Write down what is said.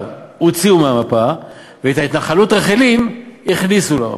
הוציאו מהמפה ואת ההתנחלות רחלים הכניסו למפה.